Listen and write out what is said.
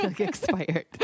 expired